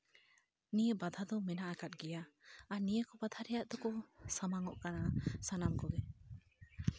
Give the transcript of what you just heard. ᱱᱤᱭᱟᱹ ᱵᱟᱫᱷᱟ ᱫᱚ ᱢᱮᱱᱟᱜ ᱟᱠᱟᱫ ᱜᱮᱭᱟ ᱟᱨ ᱱᱤᱭᱟᱹ ᱠᱚ ᱵᱟᱫᱷᱟ ᱨᱮᱭᱟᱜ ᱫᱚᱠᱚ ᱥᱟᱢᱟᱝᱼᱚᱜ ᱠᱟᱱᱟ ᱥᱟᱱᱟᱢ ᱠᱚᱜᱮ